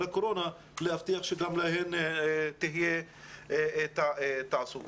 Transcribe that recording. הקורונה להבטיח שגם להם תהיה תעסוקה.